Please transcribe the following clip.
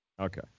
Okay